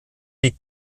die